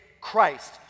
Christ